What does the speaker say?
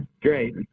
great